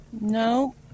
No